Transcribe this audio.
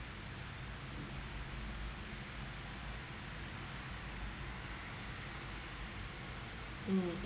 mm